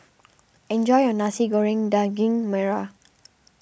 enjoy your Nasi Goreng Daging Merah